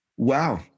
Wow